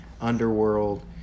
underworld